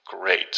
Great